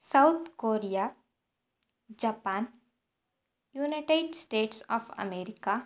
South Korea Japan United States of America